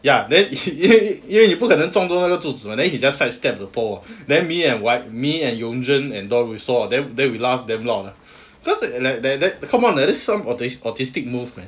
ya then 因为因为你不可能撞到那个柱子 mah then he just side step the pole then me and me and you jin and dawn we saw then then we laugh damn loud lah cause like that come on that's some autistic move man